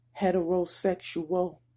heterosexual